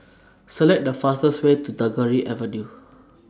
Select The fastest Way to Tagore Avenue